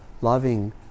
loving